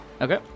Okay